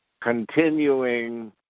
continuing